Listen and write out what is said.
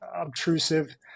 obtrusive